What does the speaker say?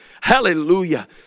hallelujah